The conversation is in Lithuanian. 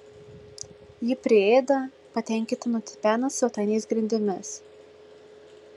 ji priėda patenkinta nutipena svetainės grindimis